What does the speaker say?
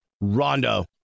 Rondo